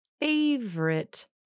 favorite